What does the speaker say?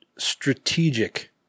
Strategic